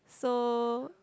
so